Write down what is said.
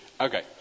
Okay